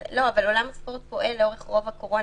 עולם הספורט פועל לאורך רוב תקופת הקורונה.